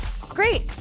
great